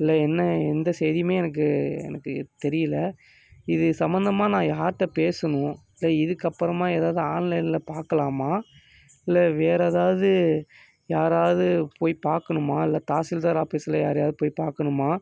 இல்லை என்ன எந்த செய்தியுமே எனக்கு எனக்கு தெரியல இது சம்மந்தமாக நான் யார்கிட்ட பேசணும் இல்லை இதுக்கப்புறமா எதாவது ஆன்லைனில் பார்க்கலாமா இல்லை வேறு எதாவது யாராவது போய் பார்க்கணுமா இல்லை தாசில்தார் ஆபீஸில் யாரையாவது போய் பார்க்கணுமா